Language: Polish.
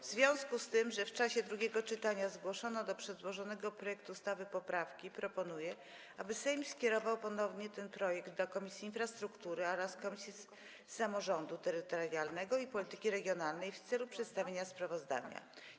W związku z tym, że w czasie drugiego czytania zgłoszono do przedłożonego projektu ustawy poprawki, proponuję, aby Sejm ponownie skierował ten projekt do Komisji Infrastruktury oraz Komisji Samorządu Terytorialnego i Polityki Regionalnej w celu przedstawienia sprawozdania.